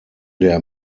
der